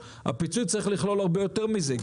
הפיצוי צריך לכלול הרבה יותר מזה,